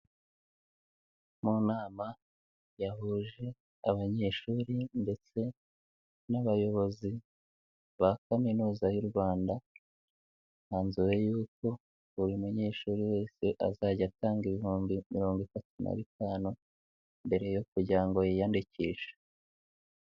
Mu nama yahuje abanyeshuri ndetse n'abayobozi ba kaminuza y'u Rwanda hanzuwe yuko buri munyeshuri wese azajya atanga ibihumbi mirongo itatu na bitanu mbere yo kugira ngo yiyandikishe.